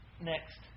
Next